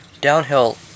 Downhill